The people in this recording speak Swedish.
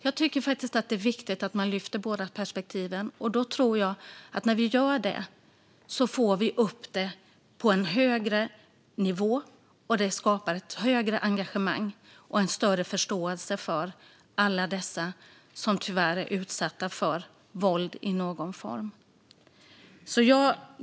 Jag tycker att det är viktigt att man lyfter fram båda perspektiven, och jag tror att vi när vi gör det får upp detta på en högre nivå, vilket skapar ett större engagemang och en större förståelse för alla dessa som tyvärr är utsatta för våld i någon form.